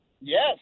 Yes